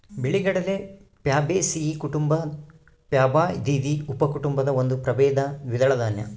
ಬಿಳಿಗಡಲೆ ಪ್ಯಾಬೇಸಿಯೀ ಕುಟುಂಬ ಪ್ಯಾಬಾಯ್ದಿಯಿ ಉಪಕುಟುಂಬದ ಒಂದು ಪ್ರಭೇದ ದ್ವಿದಳ ದಾನ್ಯ